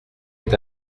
est